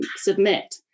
submit